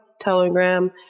telegram